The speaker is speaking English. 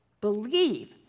believe